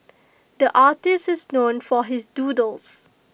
the artist is known for his doodles